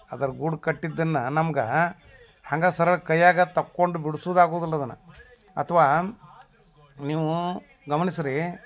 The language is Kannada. ಅದರ ಗೂಡು ಕಟ್ಟಿದ್ದನ್ನು ನಮ್ಗೆ ಹಂಗೇ ಸರಳ ಕೈಯಾಗೆ ತಕ್ಕೊಂಡು ಬಿಡ್ಸೋದ್ ಆಗುದಿಲ್ಲ ಅದನ್ನು ಅಥವಾ ನೀನು ಗಮನಿಸ್ರೀ